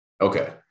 Okay